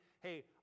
hey